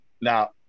Now